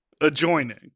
adjoining